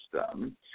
system